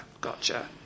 gotcha